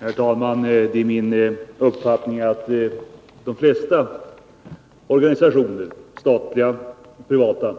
Herr talman! Det är min uppfattning att de flesta organisationer, statliga och privata